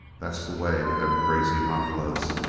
that's the way with them crazy hot-bloods.